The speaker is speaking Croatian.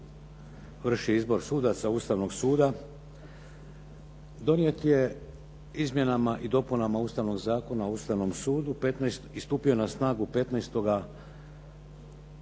vrši izbor sudaca Ustavnog suda donijet je izmjenama i dopunama Ustavnog zakona o Ustavnom sudu i stupio na snagu 15. ožujka